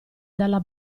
dalla